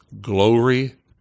glory